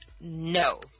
No